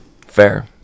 Fair